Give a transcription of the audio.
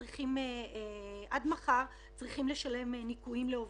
עד מחר צריכים לשלם ניכויים לעובדים,